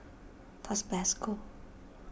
Tasbasco